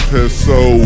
Peso